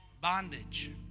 Bondage